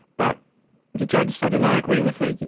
but the judge said, and i agree with her, yeah